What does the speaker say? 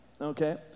okay